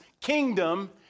kingdom